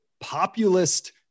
populist